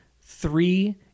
Three